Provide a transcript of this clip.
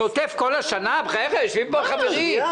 בחייך, יושבים פה החברים.